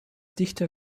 dichter